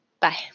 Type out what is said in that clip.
Bye